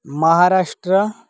Maharashtra